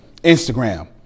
Instagram